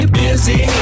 busy